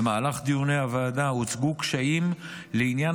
במהלך דיוני הוועדה הוצגו קשיים לעניין